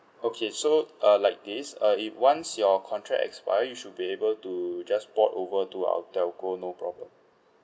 okay so uh like this uh if once your contract expire you should be able to just port over to our telco no problem